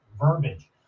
verbiage